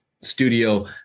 studio